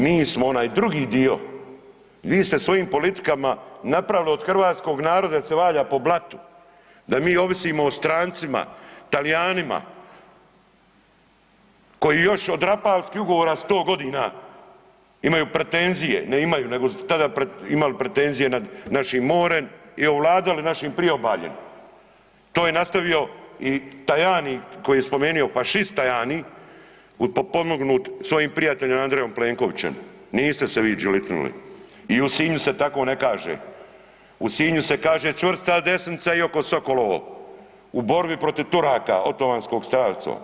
Mi smo onaj drugi dio, vi ste svojim politikama napravili od hrvatskog naroda da se valja po blatu, da mi ovisimo o strancima, Talijanima koji još od Rapalskih ugovora 100 g. ima pretenzije, ne imaju nego su tada imali pretenzije nad našim morem i ovladali našim priobaljem, to je nastavio i Tajani koji je spomenuo, fašist Tajani, potpomognut svojim prijateljem Andrejom Plenkovićem, niste se vi đelitnuli i u Sinju se tako ne kaže, u Sinju se kaže čvrsta desnica i oko sokolovo u borbi protiv Turaka, Otomanskog carstva.